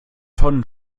tonnen